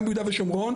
גם ביהודה ושומרון,